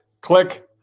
click